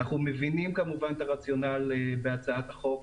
אנחנו מבינים כמובן את הרציונל בהצעת החוק,